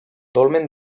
dolmen